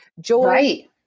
Joy